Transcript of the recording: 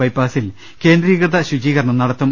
ബൈപ്പാസിൽ കേന്ദ്രീകൃത ശുചീകരണം നടത്തും